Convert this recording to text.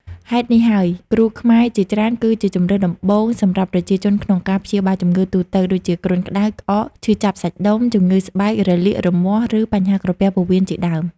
ហេតុនេះហើយ គ្រូខ្មែរជាច្រើនគឺជាជម្រើសដំបូងសម្រាប់ប្រជាជនក្នុងការព្យាបាលជំងឺទូទៅ ដូចជាគ្រុនក្ដៅ ក្អក ឈឺចាប់សាច់ដុំ ជំងឺស្បែក រលាក រមាស់ ឬបញ្ហាក្រពះពោះវៀនជាដើម។